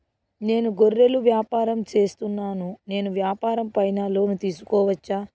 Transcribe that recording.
నేను గొర్రెలు వ్యాపారం సేస్తున్నాను, నేను వ్యాపారం పైన లోను తీసుకోవచ్చా?